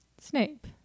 Snape